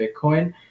bitcoin